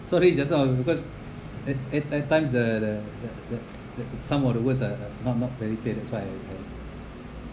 sorry just now because at at that times the the the the the some of the words ah not not very clear that's why